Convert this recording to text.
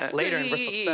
later